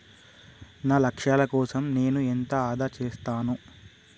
నా లక్ష్యాల కోసం నేను ఎంత ఆదా చేస్తాను?